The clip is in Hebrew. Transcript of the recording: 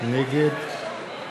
נגד משולם נהרי,